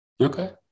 Okay